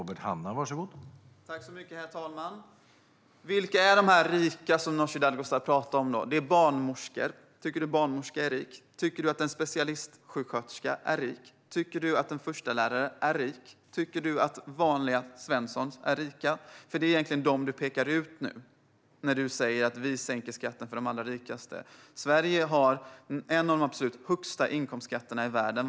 Herr talman! Vilka är de rika som Nooshi Dadgostar talar om? Det är barnmorskor. Tycker du att en barnmorska är rik, Nooshi Dadgostar? Tycker du att en specialistsjuksköterska är rik? Tycker du att en förstelärare är rik? Tycker du att vanliga svensson är rika? Det är nämligen dem du pekar ut när du säger att vi sänker skatten för de allra rikaste. Sverige har en av de absolut högsta inkomstskatterna i världen.